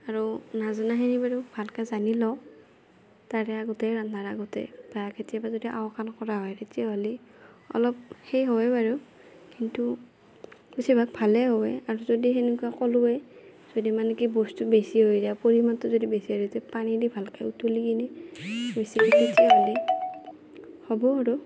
আৰু নজনাখিনি বাৰু ভালকৈ জানি লওঁ তাৰে আগতে ৰন্ধাৰ আগতে বা কেতিয়াবা যদি আওকাণ কৰা হয় তেতিয়াহ'লে অলপ সেই হয় বাৰু কিন্তু বেছিভাগ ভালে হয় আৰু যদি সেনেকুৱা ক'লোৱেই যদি মানে কি বস্তু বেছি হৈ যায় পৰিমাণটো যদি বেছি হয় তিতে পানী দি ভালকৈ উতলি কিনে তেতিয়াহ'লে হ'ব আৰু